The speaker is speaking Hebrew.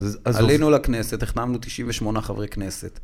עלינו לכנסת, הכנענו 98 חברי כנסת.